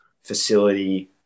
facility